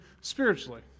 spiritually